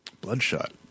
Bloodshot